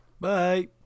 Bye